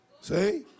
See